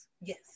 Yes